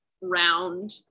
round